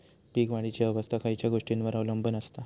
पीक वाढीची अवस्था खयच्या गोष्टींवर अवलंबून असता?